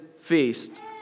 feast